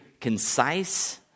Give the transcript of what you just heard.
concise